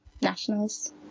Nationals